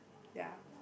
ya